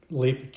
leap